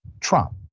Trump